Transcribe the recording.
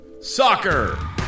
Soccer